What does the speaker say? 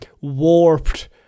warped